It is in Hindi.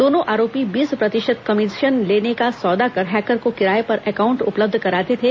दोनों आरोपी बीस प्रतिशत कमीशन लेने का सौदा कर हैकर को किराये पर अकाउंट उपलब्ध कराते थे